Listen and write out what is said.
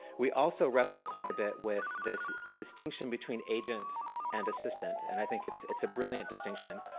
we also wrestle quite a bit with this distinction between agent and assistant and i think it's it's a brilliant distinction.